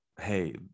Hey